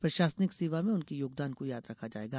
प्रशासनिक सेवा में उनके योगदान को याद रखा जाएगा